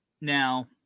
now